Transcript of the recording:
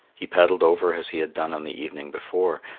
he paddled over as he had done on the evening before,